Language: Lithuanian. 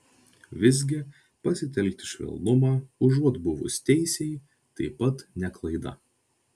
visgi pasitelkti švelnumą užuot buvus teisiai taip pat ne klaida